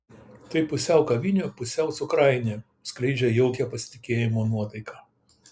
tai pusiau kavinė pusiau cukrainė skleidžia jaukią pasitikėjimo nuotaiką